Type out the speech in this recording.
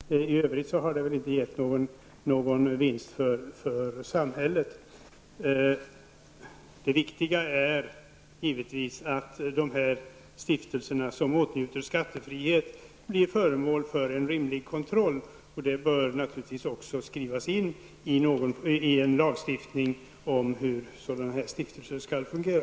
Herr talman! Jag hade tänkt instämma helt och hållet i det föregående inlägget. Men jag måste göra en reservation. Jag tror inte att ordet mygelekonomi är applicerbart i detta fall. Å andra sidan håller jag med Hadar Cars om att den vinst som detta system har lett till är naturligtvis att den av staten utsedde styrelseledamoten har fått ett arvode, och det är också med i detta lagstiftningsförslag. I övrigt har det väl inte gett någon vinst för samhället. Det viktiga är givetvis att de stiftelser som åtnjuter skattefrihet blir föremål för en rimlig kontroll. Och det bör naturligtvis också skrivas in i en lag om hur sådana här stiftelser skall fungera.